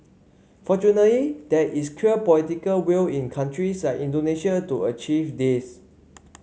fortunately there is clear political will in countries like Indonesia to achieve this